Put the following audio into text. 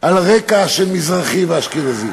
על רקע של מזרחי ואשכנזי.